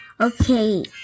okay